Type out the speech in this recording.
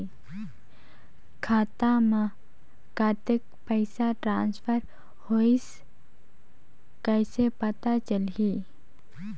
खाता म कतेक पइसा ट्रांसफर होईस कइसे पता चलही?